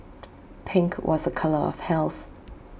pink was A colour of health